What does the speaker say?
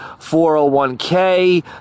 401k